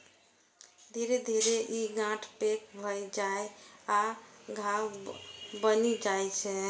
धीरे धीरे ई गांठ पैघ भए जाइ आ घाव बनि जाइ छै